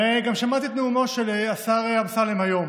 גם שמעתי את נאומו של השר אמסלם היום